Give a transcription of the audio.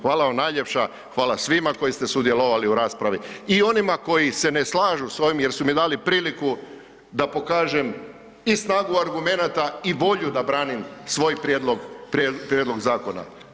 Hvala vam najljepša, hvala svima koji ste sudjelovali u raspravi i onima koji se ne slažu s ovim jer su mi dali priliku da pokažem i snagu argumenata i volju da branim svoj prijedlog, prijedlog zakona.